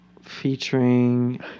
Featuring